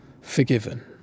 forgiven